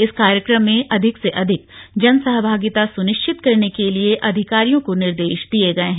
इस कार्यक्रम में अधिक से अधिक जनसहभागिता सुनिश्चित करने के लिए अधिकारियों को निर्देश दिए गए हैं